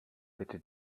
bitte